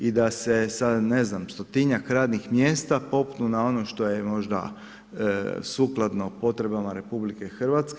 I da se sa ne znam stotinjak radnih mjesta popune ono što je možda sukladno potrebama RH.